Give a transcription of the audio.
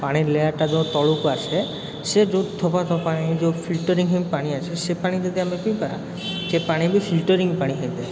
ପାଣି ଲେୟାରଟା ଯେଉଁ ତଳକୁ ଆସେ ସିଏ ଯେଉଁ ଠୂପା ଠପ ପାଣି ଯେଉଁ ଫିଲ୍ଟରିଙ୍ଗ ହୋଇ ପାଣି ଆସେ ସେ ପାଣି ଯଦି ଆମେ ପିଇବା ସେ ପାଣି ବି ଫିଲ୍ଟରିଙ୍ଗ ପାଣି ହେଇଥାଏ